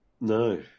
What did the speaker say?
No